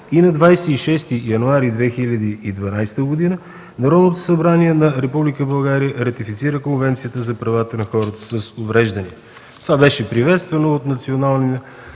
И на 26 януари 2012 г. Народното събрание на Република България ратифицира Конвенцията за правата на хората с увреждания. Това беше приветствано от националните